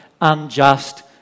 unjust